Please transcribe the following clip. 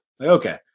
okay